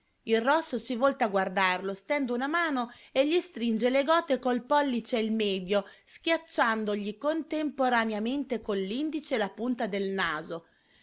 il rosso si volta a guardarlo stende una mano e gli stringe le gote col pollice e il medio schiacciandogli contemporaneamente con l'indice la punta del naso